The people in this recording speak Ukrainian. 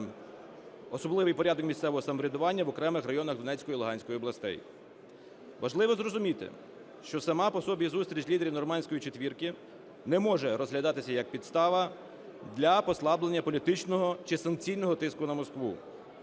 особливий порядок місцевого самоврядування в окремих районах Донецької і Луганської областей. Важливо зрозуміти, що само по собі зустріч лідерів "нормандської четвірки" не може розглядатися як підстава для послаблення політичного чи санкційного тиску на Москву.